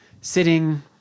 sitting